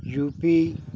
UP